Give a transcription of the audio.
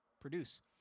produce